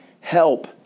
help